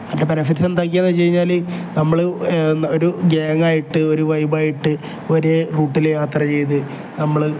അതിന്റെ ബെനഫിറ്റ്സ് എന്തൊക്കെയാണെന്ന് വെച്ച് കഴിഞ്ഞാൽ നമ്മൾ ഒരു ഗ്യാങ്ങ് ആയിട്ട് ഒരു വൈബ് ആയിട്ട് ഒരേ റൂട്ടിൽ യാത്ര ചെയ്ത് നമ്മൾ